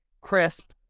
crisp